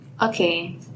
Okay